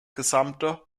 gesamte